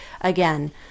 again